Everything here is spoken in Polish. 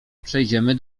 przejdziemy